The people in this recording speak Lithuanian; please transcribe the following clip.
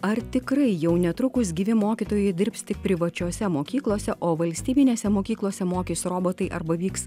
ar tikrai jau netrukus gyvi mokytojai dirbs tik privačiose mokyklose o valstybinėse mokyklose mokys robotai arba vyks